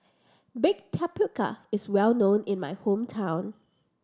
baked tapioca is well known in my hometown